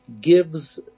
gives